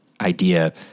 idea